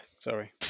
sorry